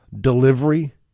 delivery